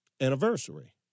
anniversary